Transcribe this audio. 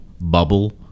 bubble